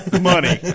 Money